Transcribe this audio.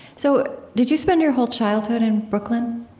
so, did you spend your whole childhood in brooklyn?